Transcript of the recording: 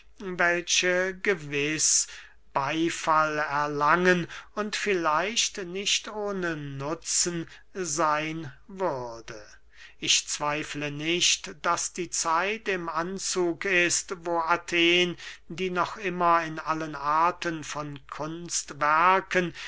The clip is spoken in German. welche gewiß beyfall erlangen und vielleicht nicht ohne nutzen seyn würde ich zweifle nicht daß die zeit im anzug ist wo athen die noch immer in allen arten von kunstwerken